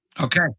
Okay